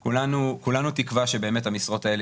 אנחנו כולנו תקווה שבאמת המשרות האלה